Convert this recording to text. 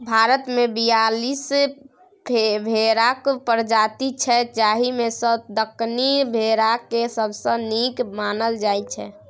भारतमे बीयालीस भेराक प्रजाति छै जाहि मे सँ दक्कनी भेराकेँ सबसँ नीक मानल जाइ छै